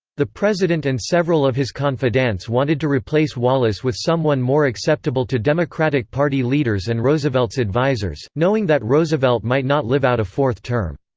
the president and several of his confidantes wanted to replace wallace with someone more acceptable to democratic party leaders and roosevelt's advisors, knowing that roosevelt might not live out a fourth term.